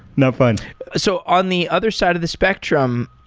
not fun so on the other side of the spectrum,